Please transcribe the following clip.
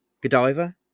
Godiva